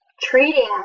treating